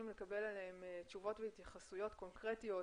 לקבל עליהם תשובות והתייחסויות קונקרטיות